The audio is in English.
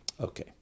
Okay